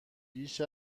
بیش